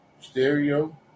stereo